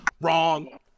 Wrong